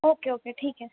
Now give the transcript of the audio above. okay okay ठीक आहे